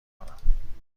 کنم